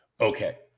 Okay